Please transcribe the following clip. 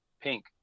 pink